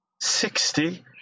Sixty